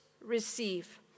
receive